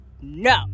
No